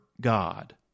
God